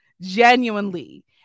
Genuinely